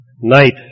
night